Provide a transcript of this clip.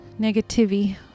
Negativity